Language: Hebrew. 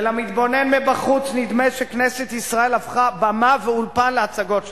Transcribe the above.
ולמתבונן מבחוץ נדמה שכנסת ישראל הפכה במה ואולפן להצגות שלכם,